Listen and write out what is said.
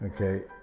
okay